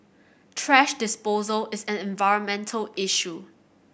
thrash disposal is an environmental issue